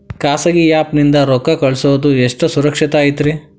ಖಾಸಗಿ ಆ್ಯಪ್ ನಿಂದ ರೊಕ್ಕ ಕಳ್ಸೋದು ಎಷ್ಟ ಸುರಕ್ಷತಾ ಐತ್ರಿ?